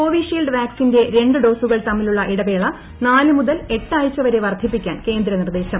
Covishield വാക്സ്ട്രിന്റെ ര്ണ്ട് ഡോസുകൾ തമ്മിലുള്ള ന് ഇടവേള നാല് മുതൽ ഏട്ടാഴ്ച വരെ വർദ്ധിപ്പിക്കാൻ കേന്ദ്ര നിർദ്ദേശം